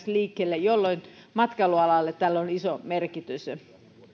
liikkeelle jolloin matkailualalle tällä on iso merkitys